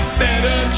better